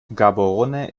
gaborone